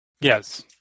Yes